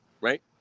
right